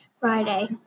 Friday